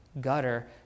gutter